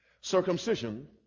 circumcision